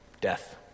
Death